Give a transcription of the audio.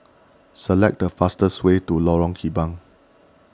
select the fastest way to Lorong Kembang